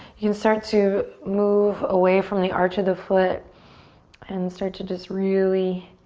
you can start to move away from the arch of the foot and start to just really